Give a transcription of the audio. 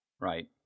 right